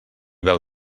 veu